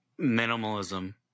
minimalism